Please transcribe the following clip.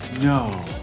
No